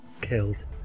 killed